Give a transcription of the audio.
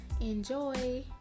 Enjoy